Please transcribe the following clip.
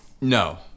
No